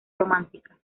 romántica